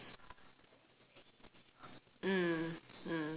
mm mm